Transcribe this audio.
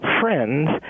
friends